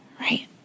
right